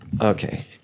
Okay